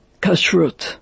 kashrut